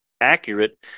accurate